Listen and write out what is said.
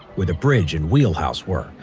where the bridge and wheelhouse were,